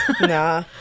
Nah